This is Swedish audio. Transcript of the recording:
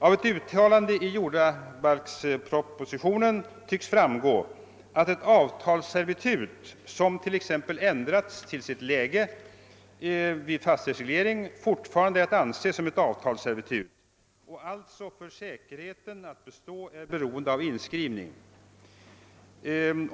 Av ett uttalande i jordabalkspropositionen tycks framgå, att ett avtalsservitut, som t.ex. ändrats till sitt läge vid fastighetsreglering, fortfarande är att anse som ett avtalsservitut och alltså för sitt bestånd blir beroende av inskrivning.